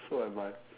so am I